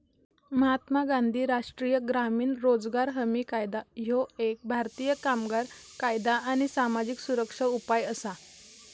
महात्मा गांधी राष्ट्रीय ग्रामीण रोजगार हमी कायदा ह्यो एक भारतीय कामगार कायदा आणि सामाजिक सुरक्षा उपाय असा